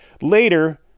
later